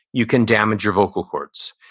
you can damage your vocal cords.